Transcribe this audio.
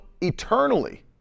eternally